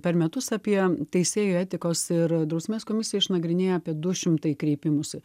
per metus apie teisėjų etikos ir drausmės komisija išnagrinėja apie du šimtai kreipimųsi